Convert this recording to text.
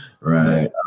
Right